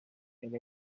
elle